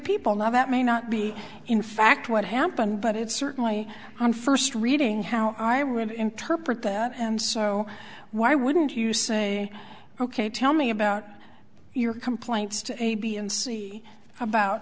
people now that may not be in fact what happened but it's certainly on first reading how i read interpret that and so why wouldn't you say ok tell me about your complaints to a b and c about